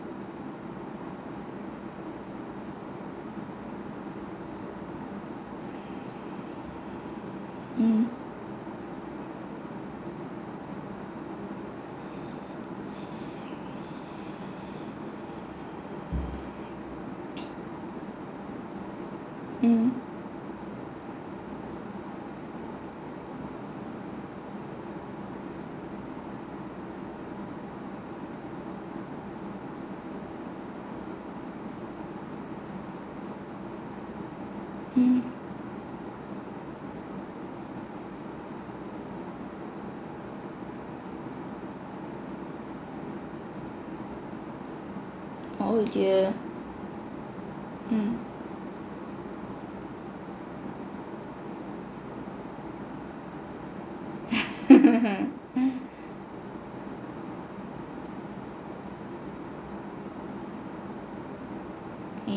mm mm mm oh dear hmm